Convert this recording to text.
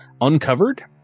uncovered